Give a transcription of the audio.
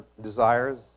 desires